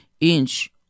inch